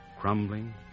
crumbling